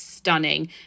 stunning